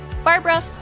Barbara